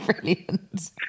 brilliant